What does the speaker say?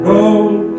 Gold